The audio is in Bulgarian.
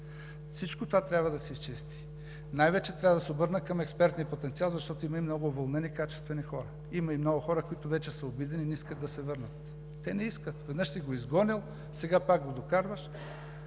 Всичко това трябва да се изчисти. Най-вече трябва да се обърна към експертния потенциал, защото има и много уволнени качествени хора, има и много хора, които вече са обидени и не искат да се върнат. Те не искат – веднъж си го изгонил, сега пак го докарваш.